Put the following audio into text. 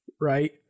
right